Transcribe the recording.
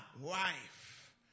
wife